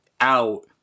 out